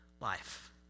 life